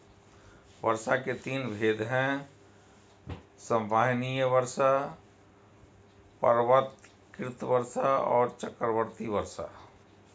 वर्षा के तीन भेद हैं संवहनीय वर्षा, पर्वतकृत वर्षा और चक्रवाती वर्षा